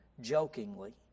jokingly